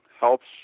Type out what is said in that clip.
helps